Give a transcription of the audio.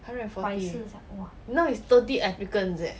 hundred and forty !wah! now is thirty applicants eh